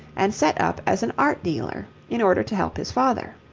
and set up as an art dealer in order to help his father.